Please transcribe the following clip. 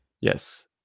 yes